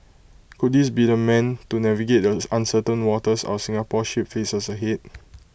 could this be the man to navigate the uncertain waters our Singapore ship faces ahead